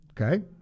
Okay